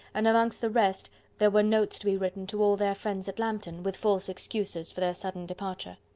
and amongst the rest there were notes to written to all their friends at lambton, with false excuses for their sudden departure.